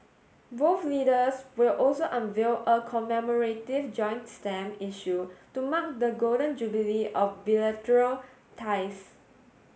both leaders will also unveil a commemorative joint stamp issue to mark the Golden Jubilee of bilateral ties